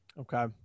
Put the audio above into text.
Okay